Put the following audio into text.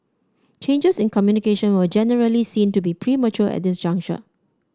changes in communication were generally seen to be premature at this juncture